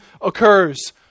occurs